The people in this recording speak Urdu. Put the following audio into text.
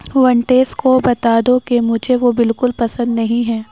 ونٹیس کو بتا دو کہ مجھے وہ بالکل پسند نہیں ہیں